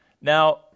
Now